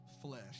flesh